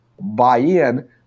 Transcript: buy-in